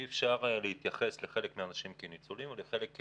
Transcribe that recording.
אי אפשר להתייחס לחלק מן האנשים כניצולים ולחלק מהם